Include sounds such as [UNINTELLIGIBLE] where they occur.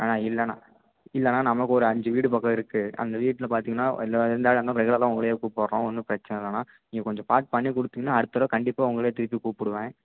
அண்ணா இல்லைண்ணா இல்லைண்ணா நமக்கு ஒரு அஞ்சு வீடு பக்கம் இருக்குது அந்த வீட்டில் பார்த்திங்கன்னா [UNINTELLIGIBLE] ரெகுலராக உங்களையே கூப்படுறோம் ஒன்றும் பிரச்சனை இல்லைண்ணா நீங்கள் கொஞ்சம் பார்த்து பண்ணி கொடுத்திங்கன்னா அடுத்த தடவை கண்டிப்பாக உங்களையே திருப்பி கூப்பிடுவேன்